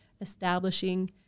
establishing